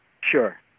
Sure